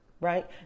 Right